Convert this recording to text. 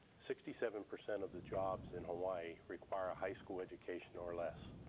sixty seven percent of the jobs in hawai'i require a high school education or less.